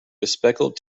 bespectacled